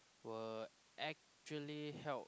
were actually held